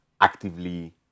actively